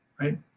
right